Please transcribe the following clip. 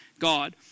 God